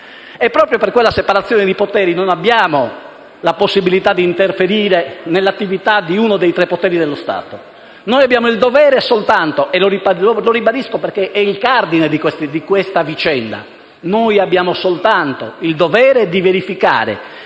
Proprio per la separazione dei poteri non abbiamo la possibilità di interferire nell'attività di uno dei tre poteri dello Stato. Noi abbiamo il dovere soltanto - lo ribadisco perché è il cardine di questa vicenda - di verificare